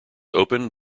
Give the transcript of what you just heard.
opened